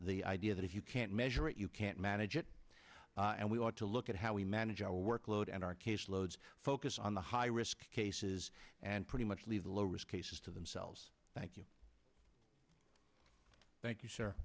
the idea that if you can't measure it you can't manage it and we ought to look at how we manage our workload and our case loads focused on the high risk cases and pretty much leave the low risk cases to themselves thank you thank you s